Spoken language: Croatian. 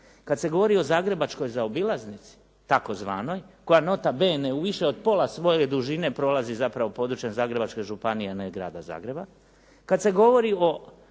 kada se govori o zagrebačkoj zaobilaznici tzv. koja nota bene u više od pola svoje dužine prolazi zapravo područjem Zagrebačke županije, a ne Grada Zagreba, kada se govori o